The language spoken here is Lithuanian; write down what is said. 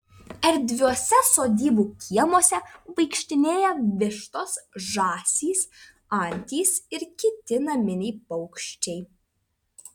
erdviuose sodybų kiemuose vaikštinėja vištos žąsys antys ir kiti naminiai paukščiai